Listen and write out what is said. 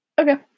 Okay